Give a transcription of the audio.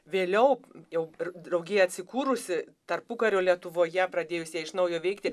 vėliau jau ir draugija atsikūrusi tarpukario lietuvoje pradėjus jai iš naujo veikti